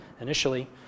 initially